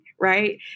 right